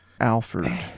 Alfred